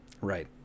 right